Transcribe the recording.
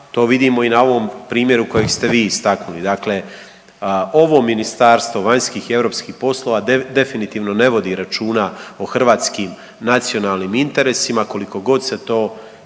to vidimo i na ovom primjeru kojeg ste vi istaknuli, dakle ovo Ministarstvo vanjskih i europskih poslova definitivno ne vodi računa o hrvatskim nacionalnim interesima koliko god se to kolegama